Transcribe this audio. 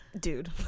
dude